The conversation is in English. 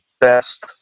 best